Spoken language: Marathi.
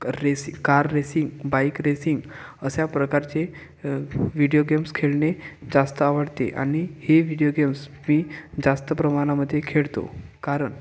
racing car racing bike racing अशा प्रकारचे व्हिडिओ गेम्स खेळणे जास्त आवडते आणि हे व्हिडिओ गेम्स मी जास्त प्रमाणामध्ये खेळतो कारण